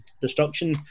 Destruction